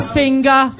finger